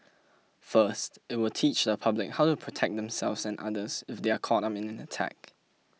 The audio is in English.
first it will teach the public how to protect themselves and others if they are caught up in an attack